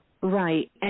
Right